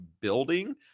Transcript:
building